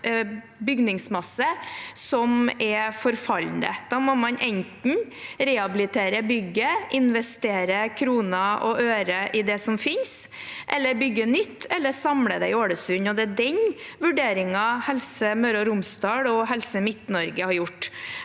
bygningsmasse som er forfallen. Da må man enten rehabilitere bygget, investere kroner og øre i det som finnes, bygge nytt eller samle det i Ålesund. Og det er den vurderingen Helse Møre og Romsdal og Helse Midt-Norge har gjort.